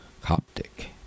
Coptic